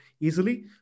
easily